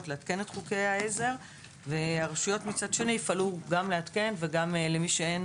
לעדכן את חוקי העזר ומצד שני הרשויות יפעלו גם לעדכן גם למי שאין,